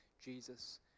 Jesus